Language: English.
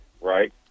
right